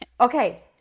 Okay